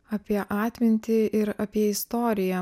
apie atmintį ir apie istoriją